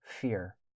fear